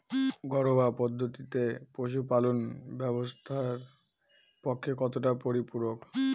ঘরোয়া পদ্ধতিতে পশুপালন স্বাস্থ্যের পক্ষে কতটা পরিপূরক?